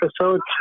episodes